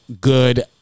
good